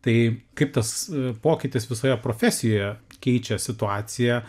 tai kaip tas pokytis visoje profesijoje keičia situaciją